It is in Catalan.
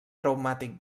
traumàtic